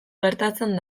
gertatzen